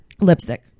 Lipstick